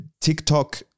TikTok